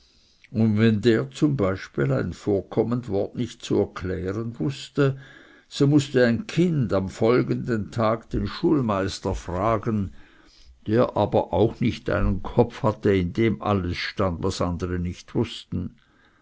und wenn der zum beispiel ein vorkommend wort nicht zu erklären wußte so mußte ein kind am folgenden tag den schulmeister fragen der aber auch nicht einen kopf hatte in dem alles stand was andere nicht wußten